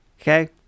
okay